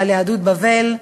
על יהדות בבל.